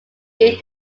did